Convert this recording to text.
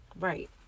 Right